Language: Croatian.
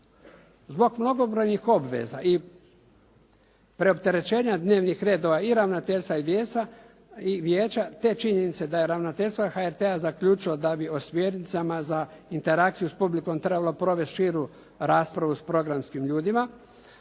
Zbog mnogobrojnih obveza i preopterećenja dnevnih redova i ravnateljstva i vijeća te činjenice da je ravnateljstvo HRT-a zaključilo da bi o smjernicama za interakciju s publikom trebalo provesti širu raspravu s programskim ljudima,